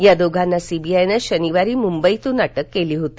या दोघांना सीबीआयनं शनिवारी मुंबईतून अटक केली होती